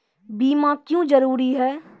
बीमा क्यों जरूरी हैं?